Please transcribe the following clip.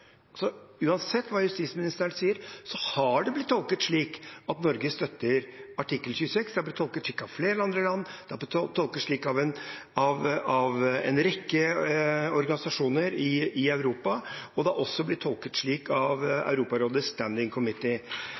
Uansett hva justisministeren sier, har det blitt tolket slik at Norge støtter artikkel 26. Det har blitt tolket slik av flere andre land, det har blitt tolket slik av en rekke organisasjoner i Europa, og det har også blitt tolket slik av Europarådets Standing Committee.